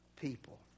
people